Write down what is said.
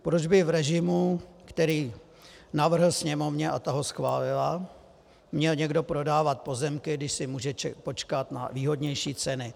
Proč by v režimu, který navrhl Sněmovně, a ta ho schválila, měl někdo prodávat pozemky, když si může počkat na výhodnější ceny?